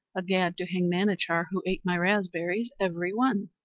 a gad to hang manachar, who ate my raspberries every one.